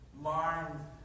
mind